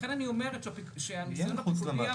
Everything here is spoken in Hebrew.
לכן אני אומרת שהניסיון הפיקודי הבכיר,